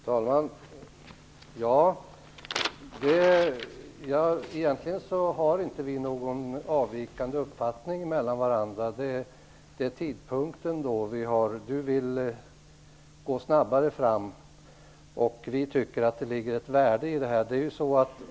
Herr talman! Egentligen avviker inte våra uppfattningar från varandra, utom vad gäller tidpunkten. Per Rosengren vill gå snabbare fram, och vi tycker att det ligger ett värde i det här.